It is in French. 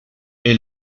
est